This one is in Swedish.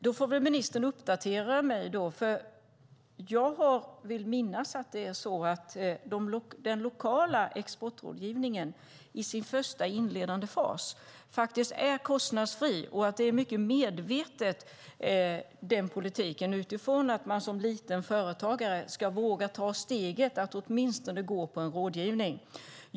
Då får väl ministern uppdatera mig, för jag vill minnas att den lokala exportrådgivningen i den första inledande fasen är kostnadsfri och att den politiken är mycket medveten för att en liten företagare ska våga ta steget att åtminstone gå på en rådgivning.